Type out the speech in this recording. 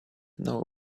know